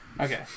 Okay